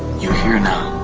you're here now,